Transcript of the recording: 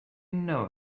know